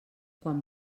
quan